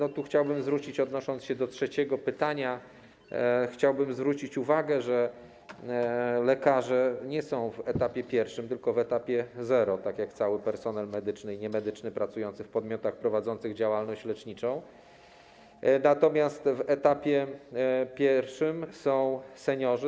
Odnosząc się do trzeciego pytania, chciałbym zwrócić uwagę, że lekarze nie są w etapie pierwszym, tylko w etapie zero, tak jak cały personel medyczny i niemedyczny pracujący w podmiotach prowadzących działalność leczniczą, natomiast w etapie pierwszym są seniorzy.